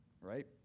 right